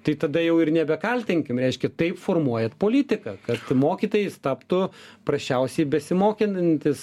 tai tada jau ir nebekaltinkim reiškia taip formuojat politiką kad mokytojais taptų prasčiausiai besimokinantys